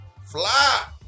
Fly